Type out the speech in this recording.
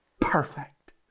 perfect